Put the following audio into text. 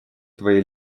твоей